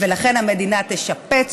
המדינה תשפץ.